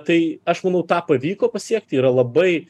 tai aš manau tą pavyko pasiekti yra labai